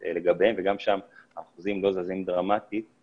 אני יודעת שהבעיה העיקרית היא באחוז הערבות של המדינה.